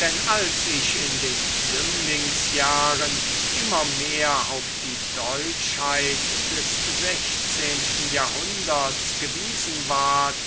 denn als ich in den jünglingsjahren immer mehr auf die deutschheit des sechzehnten jahrhunderts gewiesen ward